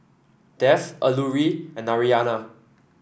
Dev Alluri and Narayana